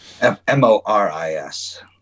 M-O-R-I-S